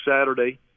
Saturday